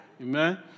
Amen